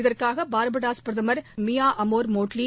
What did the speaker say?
இதற்காகபார்படோஸ் பிரதமர் Mia Amor Mottley